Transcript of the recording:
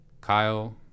kyle